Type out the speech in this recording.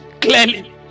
clearly